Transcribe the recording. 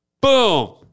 Boom